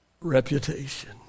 reputation